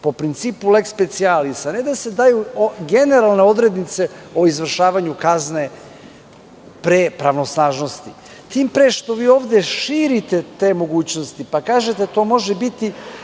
po principu leks specijalis, a ne da se daju generalne odrednice o izvršavanju kazne pre pravosnažnosti. Tim pre što ovde širite te mogućnosti, pa kažete – to može biti